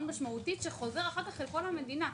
משמעותי שחוזר אחר כך לכל המדינה.